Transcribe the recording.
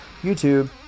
YouTube